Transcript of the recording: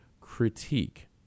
critique